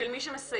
של מי שמסייע,